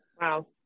Wow